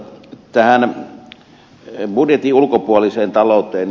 tähän budjetin ulkopuoliseen talouteen